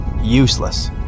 useless